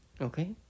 Okay